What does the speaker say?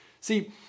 See